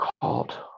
called